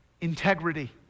integrity